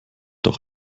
doch